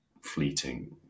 fleeting